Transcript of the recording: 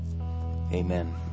Amen